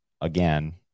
again